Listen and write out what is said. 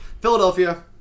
Philadelphia